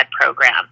program